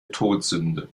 todsünde